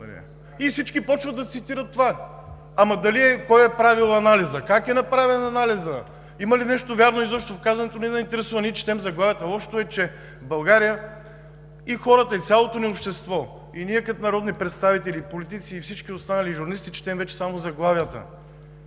и всички започват да цитират това. А дали той е правил анализ, как е направен анализът, има ли нещо вярно в казаното – не ни интересува, а ние четем заглавията. Лошото е, че в България и хората, и цялото ни общество, и ние като народни представители, политици, и всички останали журналисти четем вече само заглавията.